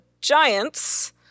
giants